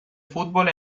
fútbol